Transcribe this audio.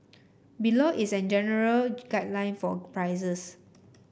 below is a general guideline for prices